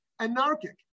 anarchic